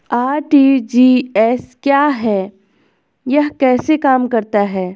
RTGS क्या है यह कैसे काम करता है?